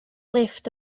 lifft